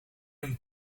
een